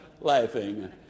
laughing